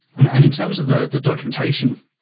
and and in terms of the the documentation,